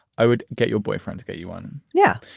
i would get your boyfriend to get you one. yeah,